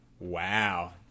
Wow